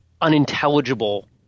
unintelligible